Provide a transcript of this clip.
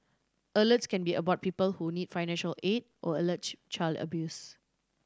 alerts can be about people who need financial aid or allege child abuse